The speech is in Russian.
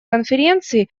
конференции